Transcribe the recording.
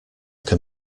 can